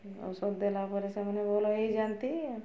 ଔଷଧ ଦେଲାପରେ ସେମାନେ ଭଲ ହୋଇଯାଆନ୍ତି